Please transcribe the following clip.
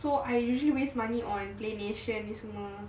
for I usually waste money on play nation ni semua